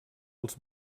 als